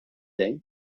dejn